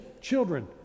children